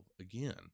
again